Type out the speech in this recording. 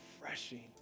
refreshing